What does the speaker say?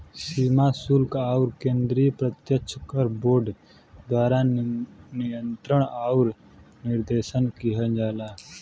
सीमा शुल्क आउर केंद्रीय प्रत्यक्ष कर बोर्ड द्वारा नियंत्रण आउर निर्देशन किहल जाला